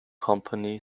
company